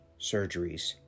surgeries